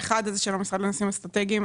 האחד הזה של המשרד לנושאים אסטרטגיים,